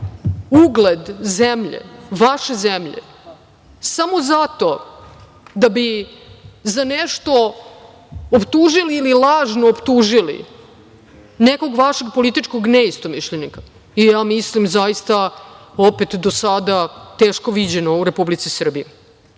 ugled zemlje, vaše zemlje, samo zato da bi za nešto optužili, ili lažno optužili, nekog vašeg političkog neistomišljenika, ja mislim zaista opet do sada teško viđeno u Republici Srbiji. Sada,